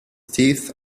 teeth